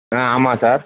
ஆ ஆமாம் சார்